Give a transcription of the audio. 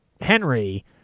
Henry